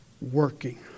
working